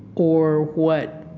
or what